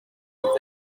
wrong